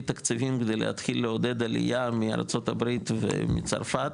תקציבים ולהתחיל לעודד עלייה מארצות הברית ומצרפת,